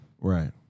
Right